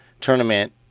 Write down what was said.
tournament